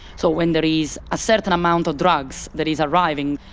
so when there is a certain amount of drugs that is arriving.